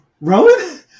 Rowan